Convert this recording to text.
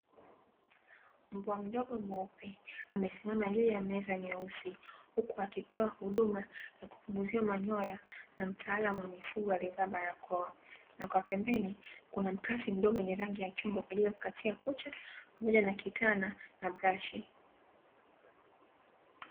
Mbwa mdogo mweupe amesimama juu ya meza nyeusi, huku akipewa huduma na kupunguziwa manyoya, na mtaalamu wa mifugo aliyevaa barakoa. Na kwa pembeni kuna mkasi mdogo wenye rangi ya chungwa kwa ajili ya kukatia kucha, pamoja na kitana na brashi.